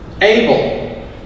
Abel